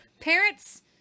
Parents